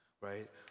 right